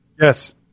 Yes